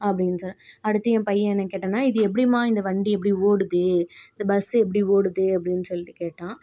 அப்படின்னு சொன்னே அடுத்து என் பையன் என்ன கேட்டானா இது எப்படிமா இந்த வண்டி எப்படி ஓடுது இந்த பஸ் எப்படி ஓடுது அப்படினு சொல்லிட்டு கேட்டான்